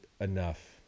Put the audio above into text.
enough